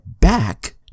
back